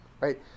Right